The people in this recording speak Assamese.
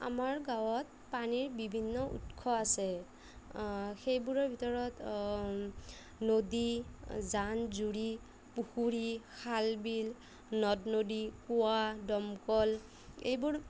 আমাৰ গাঁৱত পানীৰ বিভিন্ন উৎস আছে সেইবোৰৰ ভিতৰত নদী জান জুৰি পুখুৰী খাল বিল নদ নদী কোৱা দমকল এইবোৰ